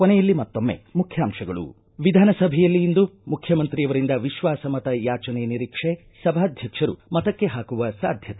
ಕೊನೆಯಲ್ಲಿ ಮತ್ತೊಮ್ನೆ ಮುಖ್ಯಾಂಶಗಳು ವಿಧಾನಸಭೆಯಲ್ಲಿ ಇಂದು ಮುಖ್ಯಮಂತ್ರಿಯವರಿಂದ ವಿಶ್ವಾಸ ಮತ ಯಾಚನೆ ನಿರೀಕ್ಷೆ ಸಭಾಧ್ಯಕ್ಷರು ಮತಕ್ಕೆ ಹಾಕುವ ಸಾಧ್ಯತೆ